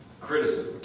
criticism